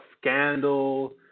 scandal